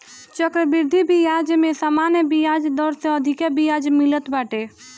चक्रवृद्धि बियाज में सामान्य बियाज दर से अधिका बियाज मिलत बाटे